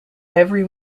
every